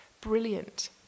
brilliant